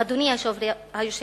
אדוני היושב-ראש,